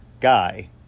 guy